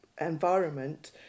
environment